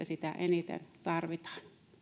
sitä eniten tarvitaan